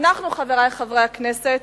אנחנו, חברי חברי הכנסת,